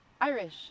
Irish